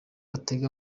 atega